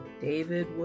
David